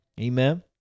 Amen